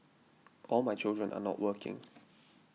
all my children are not working